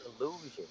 illusion